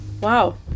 Wow